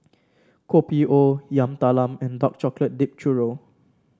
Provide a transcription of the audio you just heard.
Kopi O Yam Talam and Dark Chocolate Dipped Churro